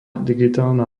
digitálna